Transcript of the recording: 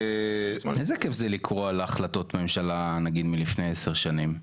איזה כיף זה לקרוא על החלטות ממשלה נגיד מלפני עשר שנים,